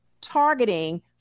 targeting